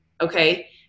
Okay